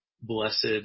blessed